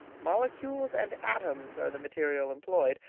molecules and atoms are the material employed,